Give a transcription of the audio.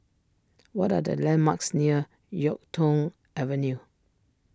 what are the landmarks near Yuk Tong Avenue